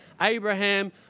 Abraham